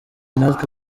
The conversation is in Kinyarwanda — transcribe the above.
natwe